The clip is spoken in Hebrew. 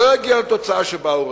לא יגיע לתוצאה שבה הוא רוצה.